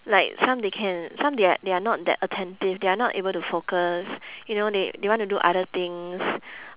like some they can some they are they are not that attentive they are not able to focus you know they they want to do other things